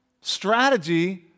strategy